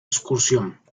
excursión